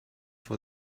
for